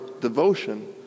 devotion